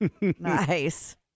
Nice